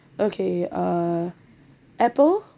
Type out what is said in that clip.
okay uh apple